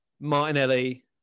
Martinelli